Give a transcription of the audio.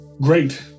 Great